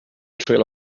trail